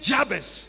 Jabez